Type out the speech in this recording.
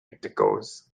intercourse